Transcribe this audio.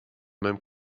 même